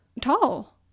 tall